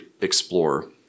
explore